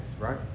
right